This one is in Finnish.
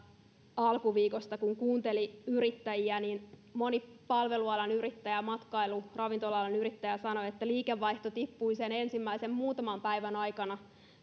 alkuviikosta kun kuunteli yrittäjiä niin moni palvelualan yrittäjä ja matkailu ja ravintola alan yrittäjä sanoi että liikevaihto tippui sen ensimmäisen muutaman päivän aikana